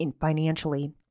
financially